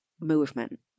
movement